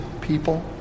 people